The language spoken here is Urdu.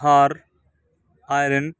ہار آئرن